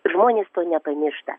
ir žmonės to nepamiršta